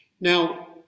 Now